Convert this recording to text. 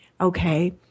okay